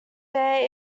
bear